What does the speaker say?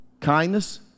Kindness